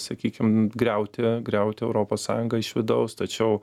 sakykim griauti griauti europos sąjungą iš vidaus tačiau